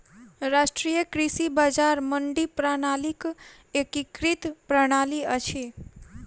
राष्ट्रीय कृषि बजार मंडी प्रणालीक एकीकृत प्रणाली अछि